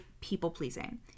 people-pleasing